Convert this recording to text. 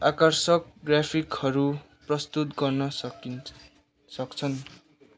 आकर्षक ग्राफिकहरू प्रस्तुत गर्न सकिन्छ सक्छन्